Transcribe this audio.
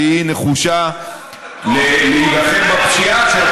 שהיא נחושה להילחם בפשיעה ביישובים הערביים,